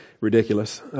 ridiculous